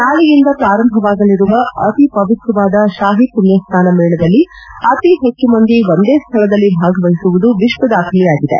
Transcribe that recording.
ನಾಳೆಯಿಂದ ಪ್ರಾರಂಭವಾಗಲಿರುವ ಅತಿ ಪವಿತ್ರವಾದ ಶಾಹಿ ಪುಣ್ಯಸ್ತಾನ ಮೇಳದಲ್ಲಿ ಅತಿ ಹೆಚ್ಚು ಮಂದಿ ಒಂದೇ ಸ್ವಳದಲ್ಲಿ ಭಾಗವಹಿಸುವುದು ವಿಶ್ಲದಾಖಲೆಯಾಗಿದೆ